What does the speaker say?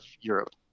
Europe